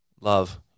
love